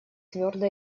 твердо